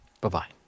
Bye-bye